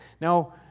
Now